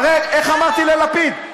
איך אמרתי ללפיד,